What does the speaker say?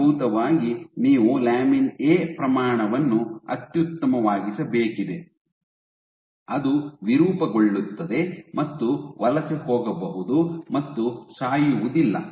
ಮೂಲಭೂತವಾಗಿ ನೀವು lamin A ಪ್ರಮಾಣವನ್ನು ಅತ್ಯುತ್ತಮವಾಗಿಸಬೇಕಾಗಿದೆ ಅದು ವಿರೂಪಗೊಳ್ಳುತ್ತದೆ ಮತ್ತು ವಲಸೆ ಹೋಗಬಹುದು ಮತ್ತು ಸಾಯುವುದಿಲ್ಲ